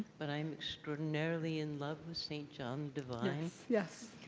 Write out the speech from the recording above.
but i am extraordinary in love with saint john divine. yes,